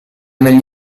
negli